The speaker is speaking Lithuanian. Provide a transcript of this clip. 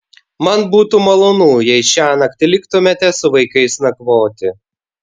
man būtų malonu jei šiąnakt liktumėte su vaikais nakvoti